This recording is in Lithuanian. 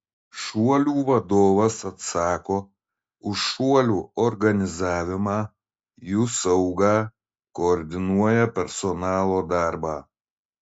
šuolių vadovas atsako už šuolių organizavimą jų saugą koordinuoja personalo darbą